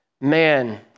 Man